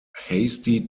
hasty